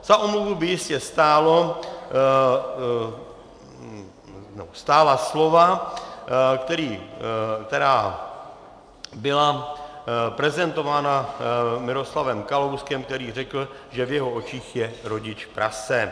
Za omluvu by jistě stála slova, která byla prezentována Miroslavem Kalouskem, který řekl, že v jeho očích je rodič prase.